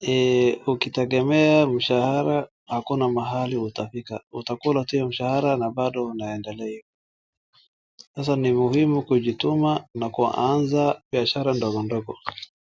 Eeeh, ukitegemea mshahara hakuna mahali utafika. Utakula tu hiyo mshahara na bado unaendelea hivo. Sasa ni muhimu kujituma na kuanza biashara ndogo ndogo.